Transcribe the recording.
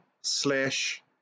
slash